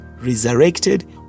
resurrected